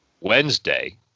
Wednesday